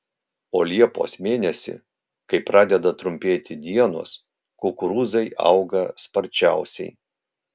o liepos mėnesį kai pradeda trumpėti dienos kukurūzai auga sparčiausiai